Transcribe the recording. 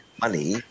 money